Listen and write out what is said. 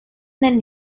nel